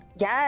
Yes